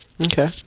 Okay